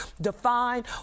define